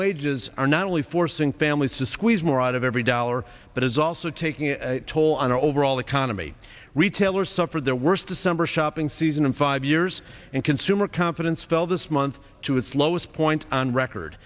wages are not only forcing families to squeeze more out of every dollar but is also taking a toll on our overall economy retailers suffered their worst december shock thing season in five years and consumer confidence fell this month to its lowest point on record